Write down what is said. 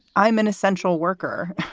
i'm an essential worker.